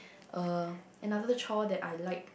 uh another chore that I like